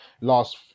last